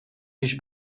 již